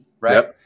right